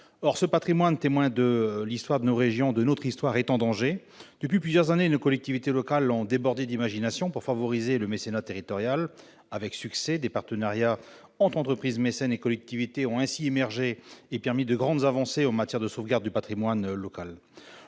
Or ce patrimoine, témoin de l'histoire de nos régions, de notre histoire, est en danger. Depuis plusieurs années, nos collectivités locales débordent d'imagination pour favoriser le mécénat territorial, avec succès. Des partenariats entre entreprises mécènes et collectivités ont ainsi émergé et permis de réaliser de grandes avancées en matière de sauvegarde du patrimoine local.